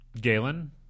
Galen